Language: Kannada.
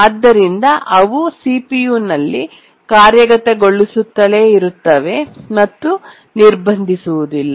ಆದ್ದರಿಂದ ಅವು ಸಿಪಿಯುನಲ್ಲಿ ಕಾರ್ಯಗತಗೊಳಿಸುತ್ತಲೇ ಇರುತ್ತವೆ ಮತ್ತು ನಿರ್ಬಂಧಿಸುವುದಿಲ್ಲ